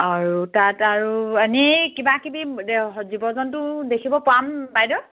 আৰু তাত আৰু এনেই কিবাকিবি জীৱ জন্তু দেখিব পাম বাইদেউ